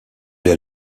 est